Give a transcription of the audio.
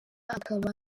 akaba